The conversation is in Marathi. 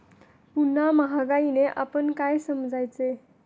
पुन्हा महागाईने आपण काय समजायचे?